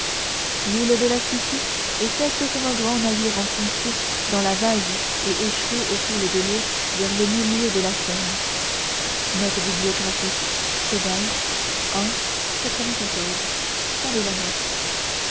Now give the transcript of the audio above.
l'île de la cité est faite comme un grand navire enfoncé dans la vase et échoué au fil de l'eau vers le milieu de la seine